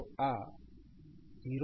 તો આ 0